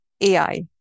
AI